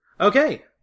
Okay